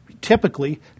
typically